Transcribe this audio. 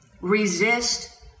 Resist